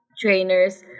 trainers